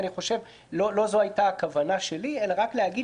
לא זו הייתה הכוונה שלי אלא רק להגיד